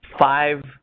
five